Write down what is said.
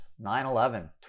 9-11